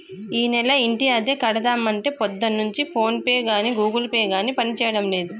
ఈనెల ఇంటి అద్దె కడదామంటే పొద్దున్నుంచి ఫోన్ పే గాని గూగుల్ పే గాని పనిచేయడం లేదు